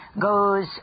goes